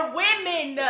women